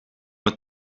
het